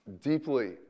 deeply